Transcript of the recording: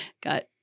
got